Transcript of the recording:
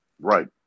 Right